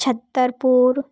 Chhatarpur